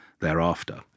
thereafter